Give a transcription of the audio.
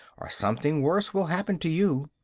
or something worse will happen to you.